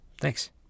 Thanks